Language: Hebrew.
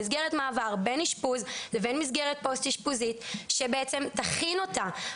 מסגרת מעבר בין אישפוז לבין מסגרת פוסט אישפוזית שתכין אותה.